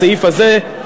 הסעיף הזה,